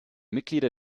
mitglieder